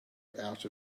out